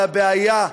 אבל הבעיה,